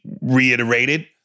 reiterated